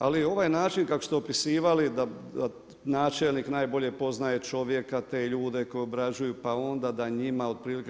Ali ovaj način kako ste opisivali da načelnik najbolje poznaje čovjeka, te ljude koji obrađuju pa onda da njima otprilike.